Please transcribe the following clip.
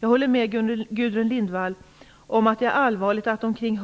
Jag håller med Gudrun Lindvall om att det är allvarligt att omkring